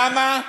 למה?